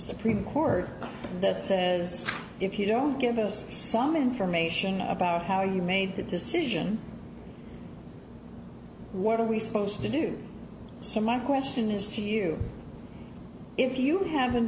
supreme court that says if you don't give us some information about how you made the decision what are we supposed to do my question is to you if you have